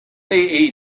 they